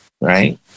right